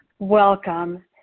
Welcome